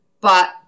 But-